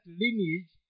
lineage